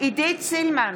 עידית סילמן,